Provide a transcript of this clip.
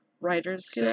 Writers